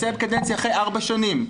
סיימתי קדנציה אחרי ארבע שנים.